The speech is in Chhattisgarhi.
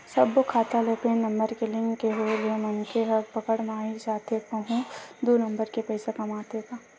सब्बो खाता ले पेन नंबर के लिंक के होय ले मनखे ह पकड़ म आई जाथे कहूं दू नंबर के पइसा कमाथे ता